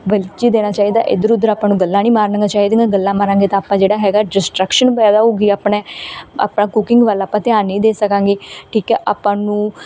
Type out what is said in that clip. ਵਿੱਚ ਹੀ ਦੇਣਾ ਚਾਹੀਦਾ ਇੱਧਰ ਉੱਧਰ ਆਪਾਂ ਨੂੰ ਗੱਲਾਂ ਨਹੀਂ ਮਾਰਨੀਆਂ ਚਾਹੀਦੀਆਂ ਗੱਲਾਂ ਮਾਰਾਂਗੇ ਤਾਂ ਆਪਾਂ ਜਿਹੜਾ ਹੈਗਾ ਡਿਸਟਰਕਸ਼ਨ ਪੈਦਾ ਹੋਊਗੀ ਆਪਣੇ ਆਪਾਂ ਕੁਕਿੰਗ ਵੱਲ ਆਪਾਂ ਧਿਆਨ ਨਹੀਂ ਦੇ ਸਕਾਂਗੇ ਠੀਕ ਹੈ ਆਪਾਂ ਨੂੰ